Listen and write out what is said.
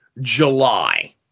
july